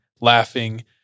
laughing